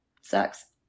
Sucks